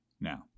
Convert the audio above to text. Now